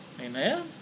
Amen